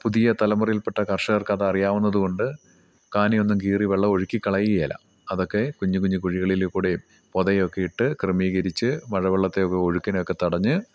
പുതിയ തലമുറയിൽപ്പെട്ട കർഷകർക്കതറിയാവുന്നതു കൊണ്ട് കാനിയൊന്നും കീറി വെള്ളമൊഴുക്കി കളയുകയില്ല അതൊക്കെ കുഞ്ഞു കുഞ്ഞ് കുഴികളിൽ കൂടി പൊതയൊക്കെ ഇട്ട് ക്രമീകരിച്ച് മഴവെള്ളത്തെയൊക്കെ ഒഴുക്കിനെയൊക്കെ തടഞ്ഞ്